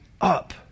up